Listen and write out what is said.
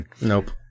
nope